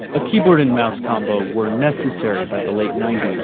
a keyboard and mouse combo were necessary by the late ninety s,